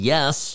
Yes